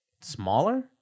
smaller